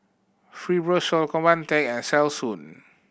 Fibrosol Convatec and Selsun